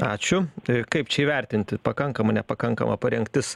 ačiū kaip čia įvertinti pakankama nepakankama parengtis